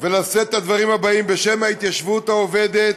ולשאת את הדברים הבאים בשם ההתיישבות העובדת,